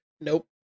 Nope